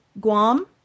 Guam